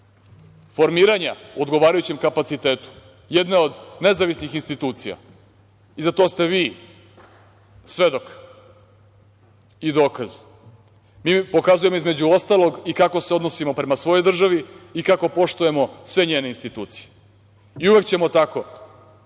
formiranja odgovarajućem kapacitetu jedne od nezavisnih institucija i za to ste vi svedok i dokaz, mi pokazujemo između ostalog i kako se odnosimo i prema svojoj državi i kako poštujemo sve njene institucije. Uvek ćemo tako